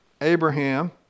Abraham